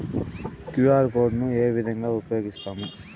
QR code ను ఏ విధంగా ఉపయగిస్తాము?